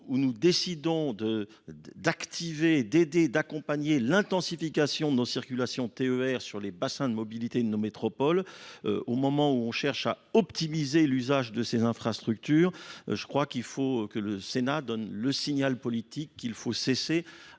où d'activer, d'aider, d'accompagner l'intensification de nos circulations E R sur les bassins de mobilité de nos métropoles, au moment où on cherche à optimiser l'usage de ces infrastructures. Je crois qu'il faut que le Sénat donne le signal politique qu'il faut cesser